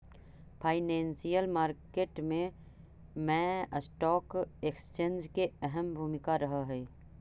financial market मैं stock exchange के अहम भूमिका रहऽ हइ